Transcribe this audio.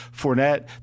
Fournette